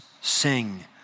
sing